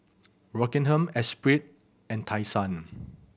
Rockingham Esprit and Tai Sun